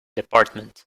department